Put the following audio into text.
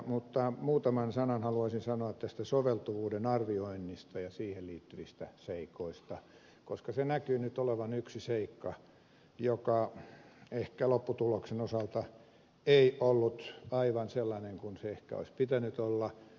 mutta muutaman sanan haluaisin sanoa tästä soveltuvuuden arvioinnista ja siihen liittyvistä seikoista koska se näkyy nyt olevan yksi seikka joka ehkä lopputuloksen osalta ei ollut aivan sellainen kuin sen ehkä olisi pitänyt olla